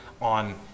on